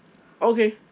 okay